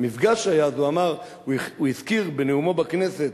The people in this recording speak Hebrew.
במפגש שהיה אז הוא הזכיר בנאומו בכנסת,